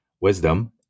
wisdom